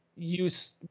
use